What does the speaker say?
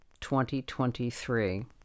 2023